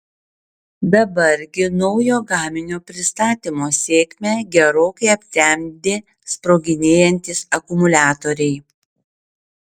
dabar gi naujo gaminio pristatymo sėkmę gerokai aptemdė sproginėjantys akumuliatoriai